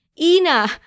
Ina